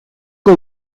que